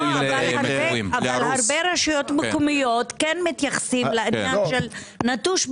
הרבה רשויות מקומיות כן מתייחסות לעניין של נטוש,